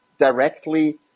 directly